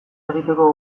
egiteko